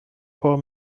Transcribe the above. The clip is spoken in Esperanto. por